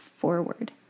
forward